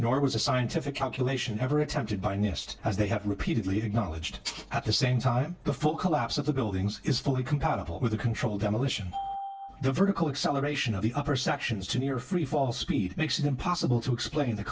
nor was a scientific calculation ever attempted by nist as they have repeatedly acknowledged at the same time the full collapse of the buildings is fully compatible with a controlled demolition the vertical acceleration of the upper sections to near free fall speed makes it impossible to explain th